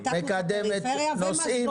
היא הייתה חלק מהחלטה שלמה שהתקוממנו כנגדה והביצוע